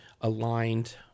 aligned